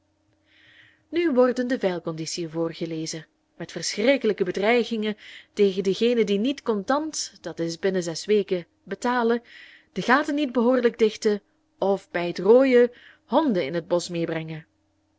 nu worden de veilconditiën voorgelezen met verschrikkelijke bedreigingen tegen degenen die niet contant dat is binnen zes weken betalen de gaten niet behoorlijk dichten of bij het rooien honden in het bosch meebrengen